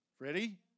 ready